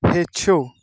ہیٚچھِو